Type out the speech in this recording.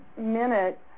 minute